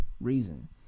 reason